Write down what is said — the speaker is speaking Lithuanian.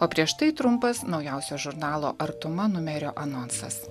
o prieš tai trumpas naujausio žurnalo artuma numerio anonsas